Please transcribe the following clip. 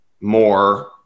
more